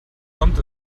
kommt